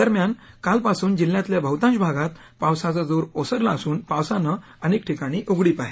दरम्यान कालपासून जिल्ह्यातल्या बहतांश भागांत पावसाचा जोर ओसरला असून पावसानं अनेक ठिकाणी उघडीप आहे